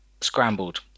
scrambled